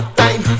time